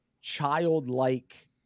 childlike